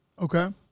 Okay